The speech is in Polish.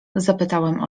zapytałem